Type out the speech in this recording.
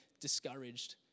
discouraged